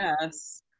yes